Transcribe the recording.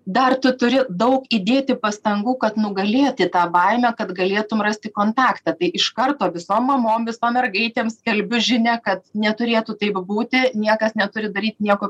dar tu turi daug įdėti pastangų kad nugalėti tą baimę kad galėtum rasti kontaktą tai iš karto visom mamom visom mergaitėm skelbiu žinią kad neturėtų taip būti niekas neturi daryti nieko